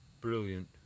Brilliant